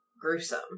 gruesome